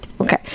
Okay